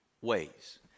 ways